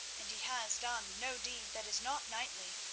and he has done no deed that is not knightly,